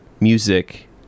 music